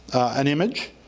and image.